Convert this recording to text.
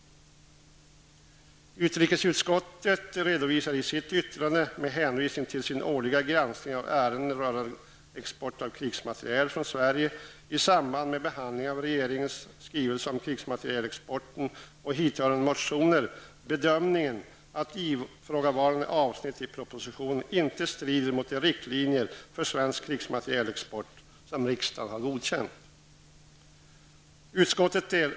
Utrikesutskottet gör i sitt yttrande, med hänvisning till sin årliga granskning av ärenden rörande export av krigsmateriel från Sverige i samband med behandlingen av regeringens skrivelser om krigsmaterielexporten och hithörande motioner, bedömningen att ifrågavarande avsnitt i propositionen inte strider mot de riktlinjer för svensk krigsmaterielexport som riksdagen har godkänt.